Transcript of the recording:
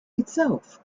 itself